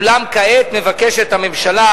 אולם כעת מבקשת הממשלה,